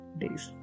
days